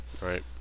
Right